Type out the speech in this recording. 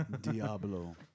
Diablo